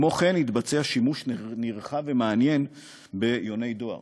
כמו כן התבצע שימוש נרחב ומעניין ביוני דואר.